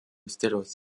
stiliaus